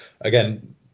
again